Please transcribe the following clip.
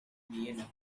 vienna